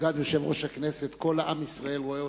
סגן יושב-ראש הכנסת, כל עם ישראל רואה אותך,